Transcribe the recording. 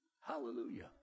Hallelujah